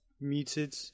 muted